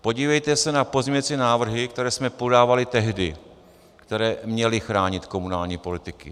Podívejte se na pozměňující návrhy, které jsme podávali tehdy, které měly chránit komunální politiky.